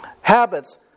Habits